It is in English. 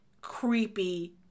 creepy